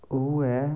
ओह् ऐ